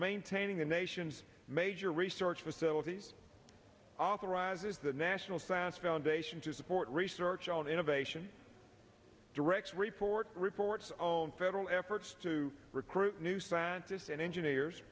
maintaining the nation's major research facilities authorizes the national science foundation to support research on innovation direct report reports on federal efforts to recruit new scientists and engineers